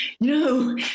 no